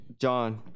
John